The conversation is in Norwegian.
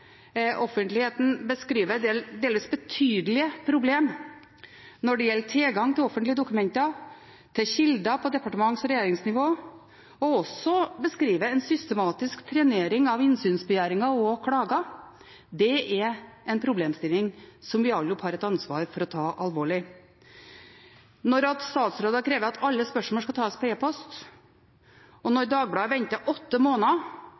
offentligheten beskriver delvis betydelige problemer når det gjelder tilgang til offentlige dokumenter og kilder på departements- og regjeringsnivå, og beskriver også en systematisk trenering av innsynsbegjæringer og klager. Det er en problemstilling som vi alle har et ansvar for å ta alvorlig. Når statsråder krever at alle spørsmål skal tas på e-post, og når Dagbladet ventet åtte måneder